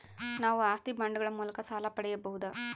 ನಾವು ಆಸ್ತಿ ಬಾಂಡುಗಳ ಮೂಲಕ ಸಾಲ ಪಡೆಯಬಹುದಾ?